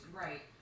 right